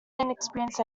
inexperienced